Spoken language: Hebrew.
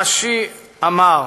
רש"י אמר